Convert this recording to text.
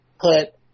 put